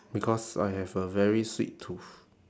because I have a very sweet tooth